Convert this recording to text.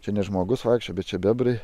čia ne žmogus vaikščioja bet čia bebrai